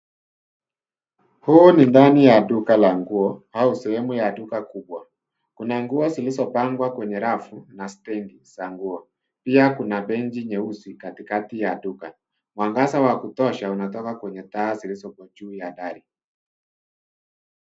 Huu ni ndani ya duka la nguo, au sehemu ya duka kubwa. Kuna nguo silisopangwa kwenye rafu na stendi sa nguo. Pia kuna benji nyeusi katikati ya duka. Mwangasa wa kutosha unatoka kwenye taa zilizoko juu ya dari.